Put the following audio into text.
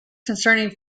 concerning